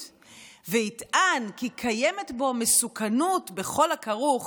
ויטען כי קיימת בו מסוכנות בכל הכרוך